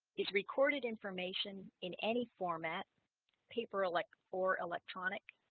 is recorded information in any format paper elec for electronic.